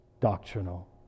doctrinal